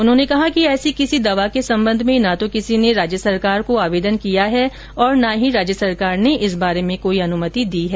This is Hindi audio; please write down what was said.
उन्होंने कहा कि ऐसी किसी दवा के संबंध में न तो किसी ने राज्य सरकार को आवेदन किया और न ही राज्य सरकार ने इस बारे में कोई अनुमति दी है